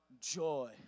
joy